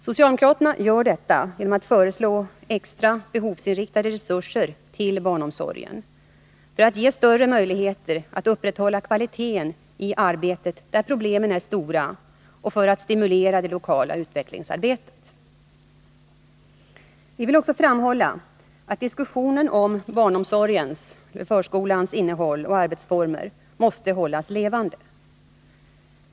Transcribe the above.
Socialdemokraterna gör detta genom att föreslå extra, behovsinriktade resurser till barnomsorgen för att skapa större möjligheter att upprätthålla kvaliteten i arbetet, där problemen är stora, och för att stimulera det lokala utvecklingsarbetet. Vi vill också framhålla att diskussionen om barnomsorgens och förskolans innehåll och arbetsformer måste hållas levande.